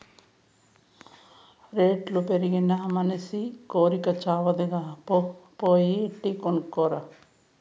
రేట్లు పెరిగినా మనసి కోరికి సావదుగా, పో పోయి టీ కొనుక్కు రా